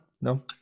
No